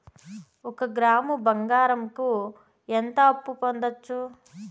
ఒక గ్రాము బంగారంకు ఎంత అప్పు పొందొచ్చు